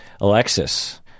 Alexis